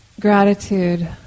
gratitude